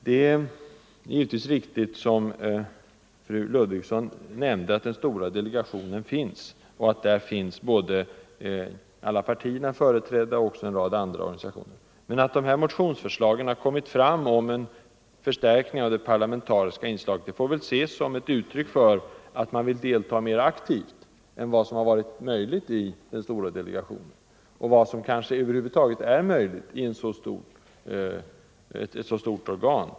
Det är givetvis riktigt, som fru Ludvigsson sade, att alla partier och även en rad organisationer är företrädda i den stora delegationen. Men det faktum att det väckts motioner om en förstärkning av det parlamentariska inslaget i den lilla gruppen, får väl ses som ett uttryck för att man vill delta mera aktivt än vad som har varit möjligt i den stora delegationen — och vad som över huvud taget är möjligt i ett så stort organ.